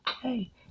Hey